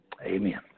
Amen